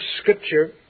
Scripture